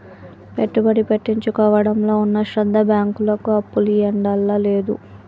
పెట్టుబడి పెట్టించుకోవడంలో ఉన్న శ్రద్ద బాంకులకు అప్పులియ్యడంల లేదు